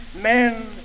men